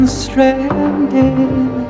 stranded